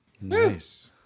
Nice